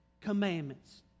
commandments